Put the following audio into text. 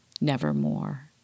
nevermore